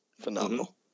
phenomenal